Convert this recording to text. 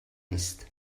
نیست